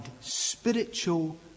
spiritual